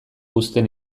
uzten